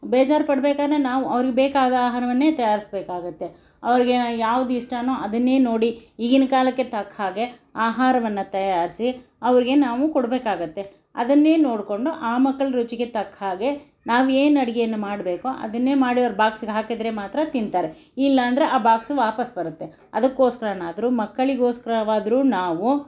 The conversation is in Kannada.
ಬೇಜಾರು ಪಡ್ಬೇಕಾದ್ರೆ ನಾವು ಅವ್ರಿಗೆ ಬೇಕಾದ ಆಹಾರವನ್ನೇ ತಯಾರಿಸ್ಬೇಕಾಗುತ್ತೆ ಅವರಿಗೆ ಯಾವ್ದು ಇಷ್ಟವೋ ಅದನ್ನೆ ನೋಡಿ ಈಗಿನ ಕಾಲಕ್ಕೆ ತಕ್ಕ ಹಾಗೆ ಆಹಾರವನ್ನು ತಯಾರಿಸಿ ಅವರಿಗೆ ನಾವು ಕೊಡಬೇಕಾಗುತ್ತೆ ಅದನ್ನೇ ನೋಡಿಕೊಂಡು ಆ ಮಕ್ಕಳ ರುಚಿಗೆ ತಕ್ಕ ಹಾಗೆ ನಾವು ಏನು ಅಡುಗೆಯನ್ನು ಮಾಡ್ಬೇಕೊ ಅದನ್ನೇ ಮಾಡಿ ಅವ್ರ ಬಾಕ್ಸಿಗೆ ಹಾಕಿದರೆ ಮಾತ್ರ ತಿಂತಾರೆ ಇಲ್ಲಾಂದ್ರೆ ಆ ಬಾಕ್ಸ್ ವಾಪಸ್ ಬರುತ್ತೆ ಅದುಕೋಸ್ಕರನಾದ್ರೂ ಮಕ್ಕಳಿಗೋಸ್ಕರವಾದ್ರೂ ನಾವು